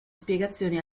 spiegazioni